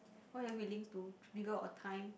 what are you willing to devote your time